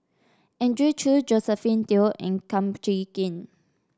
Andrew Chew Josephine Teo and Kum Chee Kin